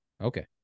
Okay